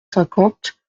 cinquante